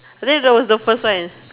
and then was the first one is